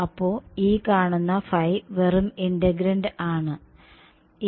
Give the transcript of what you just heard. അപ്പൊ ഈ കാണുന്ന Φ വെറും ഇന്റഗ്രന്റ് ആണ് ഓക്കേ